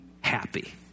happy